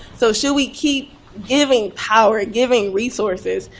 so should we keep giving power, giving resources,